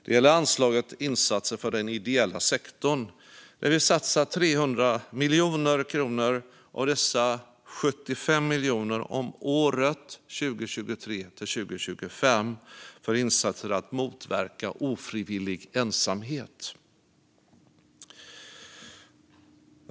Det gäller anslaget Insatser för den ideella sektorn , där vi satsar 300 miljoner kronor, varav 75 miljoner per år 2023-2025 för insatser för att motverka ofrivillig ensamhet.